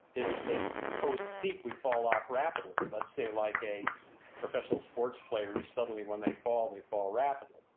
is that post peak we fall off rapidly. let's say like a professional sports player who suddenly, when they fall, they fall rapidly.